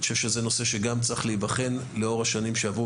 אני חושב שזה נושא שצריך להיבחן לאור השנים שעברו